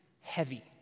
heavy